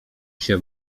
się